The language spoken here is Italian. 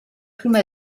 prima